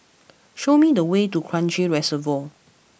show me the way to Kranji Reservoir